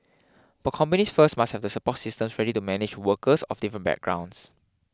but companies first must have the support systems ready to manage workers of different backgrounds